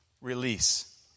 Release